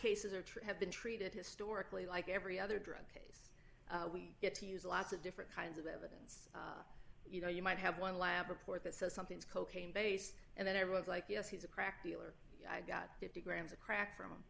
cases are tried have been treated historically like every other drug case we get to use lots of different kinds of evidence you know you might have one lab report that says something's cocaine base and then everyone's like yes he's a crack dealer got fifty grams of crack from